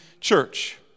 church